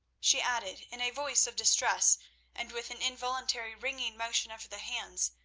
she added in a voice of distress and with an involuntary wringing motion of the hands,